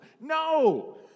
No